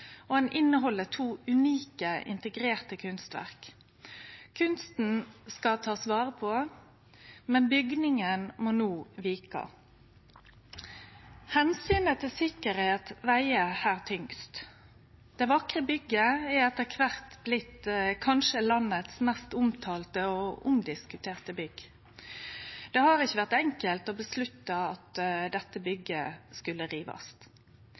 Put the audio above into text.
og ho inneheld to unike, integrerte kunstverk. Kunsten skal ein ta vare på, men bygningen må no vike. Omsynet til sikkerheit veg her tyngst. Det vakre bygget er etter kvart kanskje landets mest omtalte og omdiskuterte bygg. Det har ikkje vore enkelt å vedta at dette bygget skulle rivast.